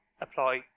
apply